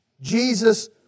Jesus